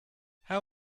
how